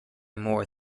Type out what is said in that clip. more